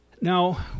Now